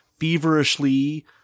feverishly